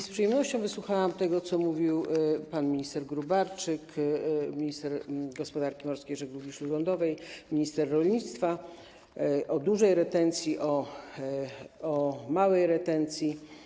Z przyjemnością wysłuchałam tego, co mówili pan minister Gróbarczyk, minister gospodarki morskiej i żeglugi śródlądowej, minister rolnictwa, o dużej retencji, o małej retencji.